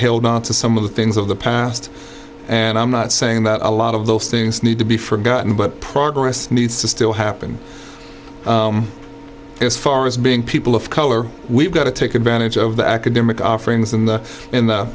held on to some of the things of the past and i'm not saying that a lot of those things need to be forgotten but progress needs to still happen as far as being people of color we've got to take advantage of the academic offerings and the